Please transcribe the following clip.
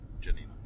Janina